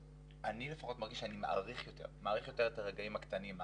אני לפחות מרגיש שאני מעריך יותר את הרגעים הקטנים,